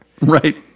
Right